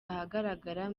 ahagaragara